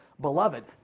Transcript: beloved